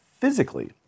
physically